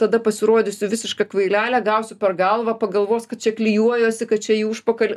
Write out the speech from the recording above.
tada pasirodysiu visiška kvailelė gausiu per galvą pagalvos kad čia klijuojuosi kad čia į užpakalį